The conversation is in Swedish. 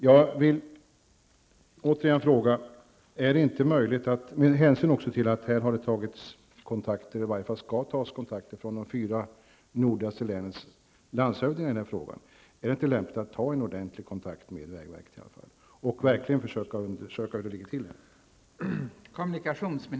Jag vill återigen fråga: Är det inte möjligt, också med hänsyn till att det skall tas kontakter från de fyra nordligaste länens landshövdingar i denna fråga, att ta en ordentlig kontakt med vägverket och verkligen undersöka hur det ligger till i detta avseende?